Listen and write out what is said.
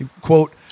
Quote